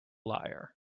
liar